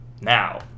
now